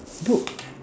poop